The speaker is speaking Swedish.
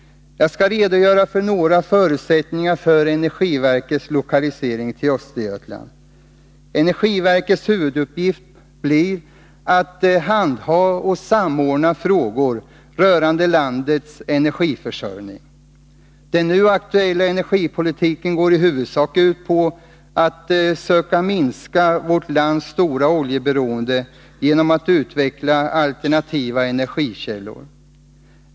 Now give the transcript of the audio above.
Jag skall redogöra för några förutsättningar för energiverkets lokalisering till Östergötland. Energiverkets huvuduppgift blir att handha och samordna frågor rörande landets energiförsörjning. Den nu aktuella energipolitiken går i huvudsak ut på att söka minska vårt lands stora oljeberoende genom att utveckla alternativa energikällor.